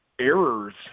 Errors